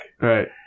right